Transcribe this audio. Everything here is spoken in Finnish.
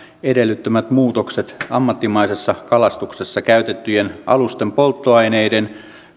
edellyttämät muutokset ammattimaisessa kalastuksessa käytettyjen alusten polttoaineiden